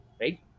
right